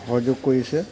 সহযোগ কৰিছে